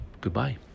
goodbye